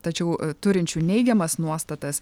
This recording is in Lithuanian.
tačiau turinčių neigiamas nuostatas